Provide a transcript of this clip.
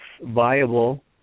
viable